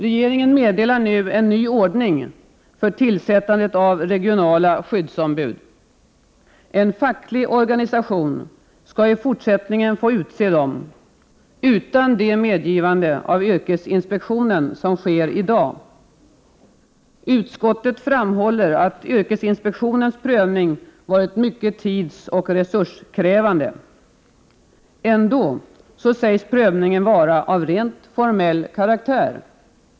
Regeringen meddelar nu en ny ordning för tillsättande av regionala skyddsombud. En facklig organisation skall i fortsättningen få utse dem, utan det medgivande av yrkesinspektionen som sker i dag. Utskottet framhåller Prot. 1988/89:120 att yrkesinspektionens prövning varit mycket tidsoch resurskrävande. Ändå 24 maj 1989 sägs prövningen vara av rent formell karaktär.